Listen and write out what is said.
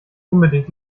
unbedingt